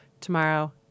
tomorrow